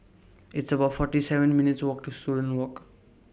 It's about forty seven minutes' Walk to Student Walk